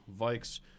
Vikes